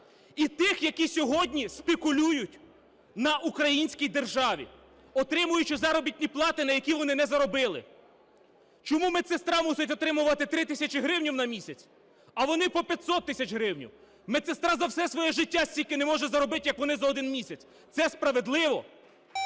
і тих, які сьогодні спекулюють на українській державі, отримуючи заробітні плати, які вони не заробили. Чому медсестра мусить отримувати 3 тисячі гривень на місяць, а вони – по 500 тисяч гривень? Медсестра за все своє життя стільки не може заробити, як вони за один місяць. Це справедливо?